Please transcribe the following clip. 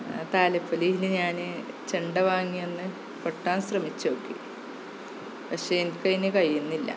താലപ്പൊലിയെന്നു ഞാൻ ചെണ്ട വാങ്ങി അന്ന് കൊട്ടാന് ശ്രമിച്ചു നോക്കി പക്ഷെ എനിക്കതിനു കഴിയുന്നില്ല